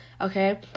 okay